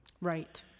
Right